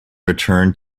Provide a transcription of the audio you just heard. returned